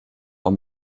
und